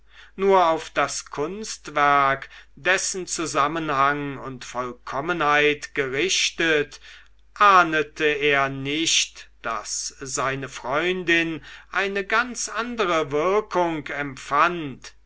nur auf das kunstwerk dessen zusammenhang und vollkommenheit gerichtet ahnte er nicht daß seine freundin eine ganz andere wirkung empfand